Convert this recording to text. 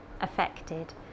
affected